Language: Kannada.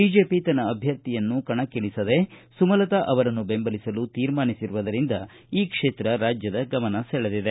ಬಿಜೆಪಿ ತನ್ನ ಅಭ್ಣರ್ಥಿಯನ್ನು ಕಣಕ್ಕಿಳಿಸದೆ ಸುಮಲತಾ ಅವರನ್ನು ಬೆಂಬಲಿಸಲು ತೀರ್ಮಾನಿಸಿರುವುದರಿಂದ ಈ ಕ್ಷೇತ್ರ ರಾಜ್ದದ ಗಮನ ಸೆಳೆದಿದೆ